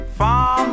far